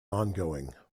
ongoing